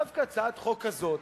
דווקא הצעת חוק כזאת,